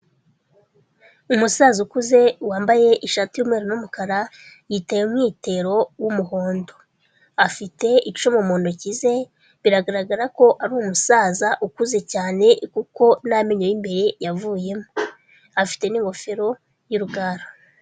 Umusaza ukuze wambaye ishati y'umweru n'umukara, yiteye umwitero w'umuhondo. Afite icumu mu ntoki ze, biragaragara ko ari umusaza ukuze cyane kuko n'amenyo y'imbere yavuyemo. Afite n'ingofero y'urugara.